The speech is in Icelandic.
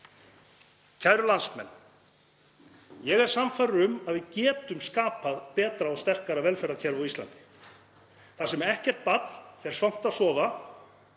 Kæru landsmenn. Ég er sannfærður um að við getum skapað betra og sterkara velferðarkerfi á Íslandi þar sem ekkert barn fer svangt að sofa.